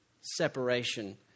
separation